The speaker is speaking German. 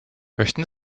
möchten